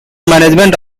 management